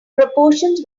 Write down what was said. proportions